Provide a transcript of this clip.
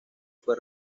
fue